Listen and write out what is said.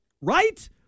Right